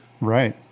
Right